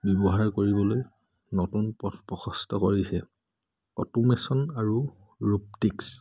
ব্যৱহাৰ কৰিবলৈ নতুন পথ প্ৰশস্ত কৰিছে অট'মেশ্যন আৰু ৰূবটিক্স